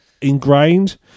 ingrained